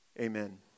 Amen